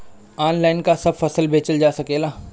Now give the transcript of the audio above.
Online का सब फसल बेचल जा सकेला?